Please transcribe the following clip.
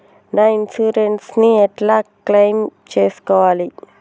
నా ఇన్సూరెన్స్ ని ఎట్ల క్లెయిమ్ చేస్కోవాలి?